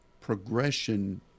progression